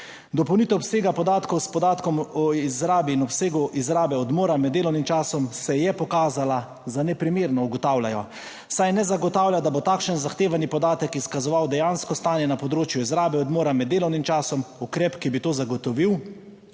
Dopolnitev obsega podatkov s podatkom o izrabi in obsegu izrabe odmora med delovnim časom se je pokazala za neprimerno, ugotavljajo, saj ne zagotavlja, da bo takšen zahtevani podatek izkazoval dejansko stanje na področju izrabe odmora med delovnim časom, ukrep, ki bi to zagotovil,